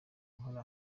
nkora